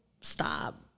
stop